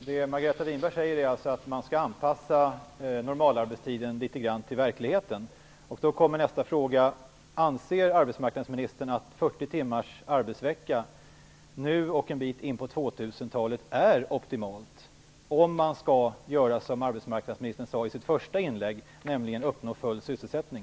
Fru talman! Margareta Winberg säger att normalarbetstiden litet grand skall anpassas till verkligheten. Då blir nästa fråga: Anser arbetsmarknadsministern att 40 timmars arbetsvecka nu, och en bit in på 2000-talet, är optimalt om man skall uppnå det som arbetsmarknadsministern talade om i sitt första inlägg, nämligen full sysselsättning?